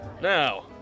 Now